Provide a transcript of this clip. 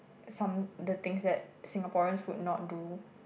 some the things that Singaporeans would not do